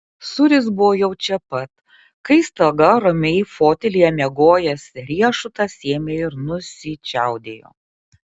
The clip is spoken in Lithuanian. sūris buvo jau čia pat kai staiga ramiai fotelyje miegojęs riešutas ėmė ir nusičiaudėjo